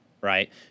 right